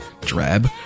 drab